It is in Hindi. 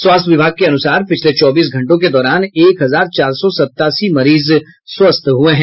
स्वास्थ्य विभाग के अनुसार पिछले चौबीस घंटों के दौरान एक हजार चार सौ सत्तासी मरीज स्वस्थ हुए हैं